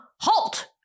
Halt